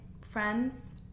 friends